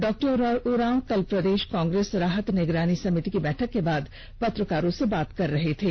डॉ उरांव कल प्रदेश कांग्रेस राहत निगरानी समिति की बैठक के बाद पत्रकारों से बात कर रहे थे